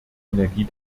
energie